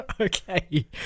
Okay